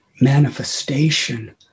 manifestation